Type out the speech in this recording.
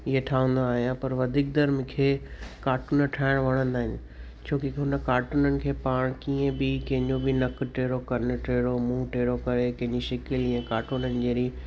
इअं ठाहींदो आहियां पर वधीक तर मूंखे कार्टून ठाहिण वणंदा आहिनि छो कि हुन कार्टूननि खे पाणि कीअं बि कंहिं जो बि नकु टेड़ो कनु टेड़ो मुंहुं टेड़ो करे कंहिंजी शिकिल इअं कार्टूननि जहिड़ी